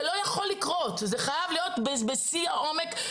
זה לא יכול לקרות, זה חייב להיות בשיא העומק.